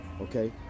Okay